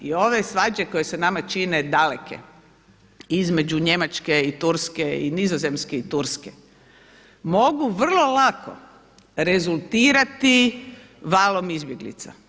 I ove svađe koje se nama čine daleke između Njemačke i Turske i Nizozemske i Turske mogu vrlo lako rezultirati valom izbjeglica.